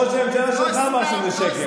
ראש הממשלה שלך אמר שזה שקר.